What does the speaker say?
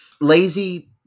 lazy